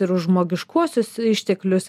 ir už žmogiškuosius išteklius